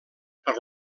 per